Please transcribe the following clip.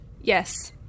Yes